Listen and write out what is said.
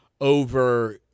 over